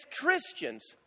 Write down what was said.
Christians